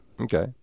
Okay